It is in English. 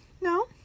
No